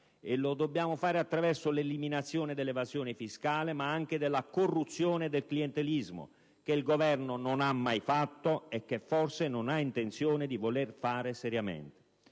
lo dobbiamo fare attraverso l'eliminazione dell'evasione fiscale ma anche della corruzione e del clientelismo, che il Governo non ha mai condotto e che, forse, non ha intenzione di fare seriamente.